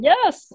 Yes